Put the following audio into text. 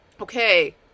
okay